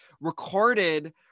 recorded